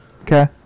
Okay